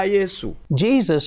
Jesus